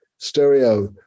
stereo